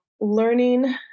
learning